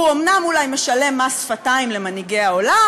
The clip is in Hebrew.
הוא אומנם אולי משלם מס שפתיים למנהיגי העולם,